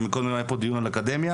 ומקודם היה פה דיון על אקדמיה,